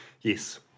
Yes